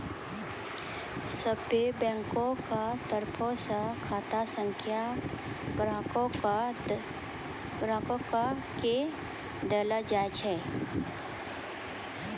सभ्भे बैंको के तरफो से खाता संख्या ग्राहको के देलो जाय छै